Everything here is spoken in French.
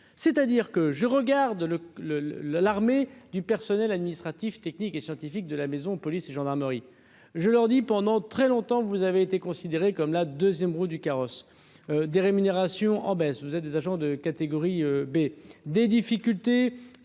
C'est-à-dire que je regarde le le le le l'armée du personnel administratif, technique et scientifique de la maison, police et gendarmerie, je leur dis pendant très longtemps, vous avez été considéré comme la 2ème roue du carrosse des rémunérations en baisse, vous êtes des agents de catégorie B, des difficultés